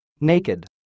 Naked